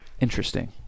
Interesting